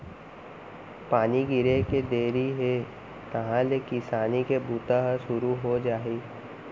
पानी गिरे के देरी हे तहॉं ले किसानी के बूता ह सुरू हो जाही